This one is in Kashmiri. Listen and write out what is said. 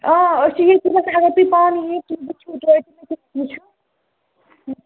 آ أسۍ چھِ ییٚتی نَس اَگر تُہۍ پانہٕ یِیِو تُہۍ وٕچھِو تویتہِ